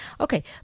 Okay